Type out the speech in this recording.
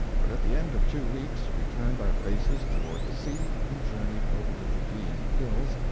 but at the end of two weeks we turned our faces toward the sea and journeyed over the judean hills,